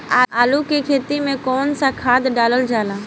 आलू के खेती में कवन सा खाद डालल जाला?